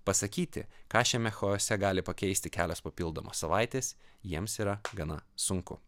pasakyti ką šiame chaose gali pakeisti kelios papildomos savaitės jiems yra gana sunku